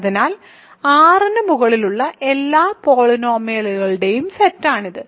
അതിനാൽ R ന് മുകളിലുള്ള എല്ലാ പോളിനോമിയലുകളുടെയും സെറ്റാണിത്